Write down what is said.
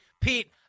Pete